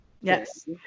Yes